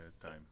time